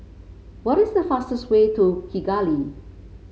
what is the fastest way to Kigali